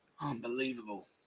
unbelievable